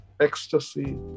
ecstasy